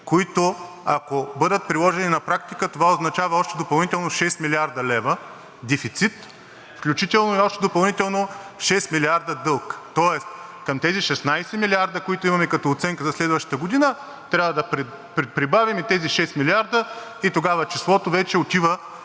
които, ако бъдат приложени на практика, това означава допълнително още 6 млрд. лв. дефицит, включително и допълнително още 6 милиарда дълг. Тоест към тези 16 милиарда, които имаме като оценка за следващата година, трябва да прибавим и тези 6 милиарда и тогава числово вече отива